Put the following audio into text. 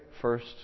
first